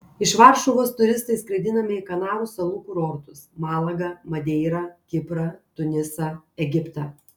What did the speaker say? iš varšuvos turistai skraidinami į kanarų salų kurortus malagą madeirą kiprą tunisą egiptą